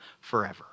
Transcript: forever